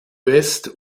west